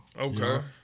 Okay